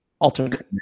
Alternative